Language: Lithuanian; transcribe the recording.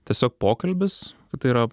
tiesiog pokalbis tai yra